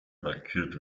markiert